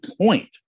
point